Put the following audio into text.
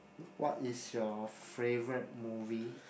what is your favourite movie